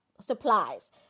Supplies